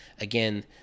again